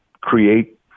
create